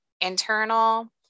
internal